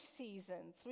seasons